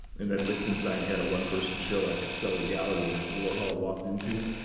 and then lichtenstein had a one-person show at costelli gallery that warhol walked into.